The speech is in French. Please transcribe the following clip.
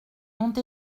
ont